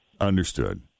Understood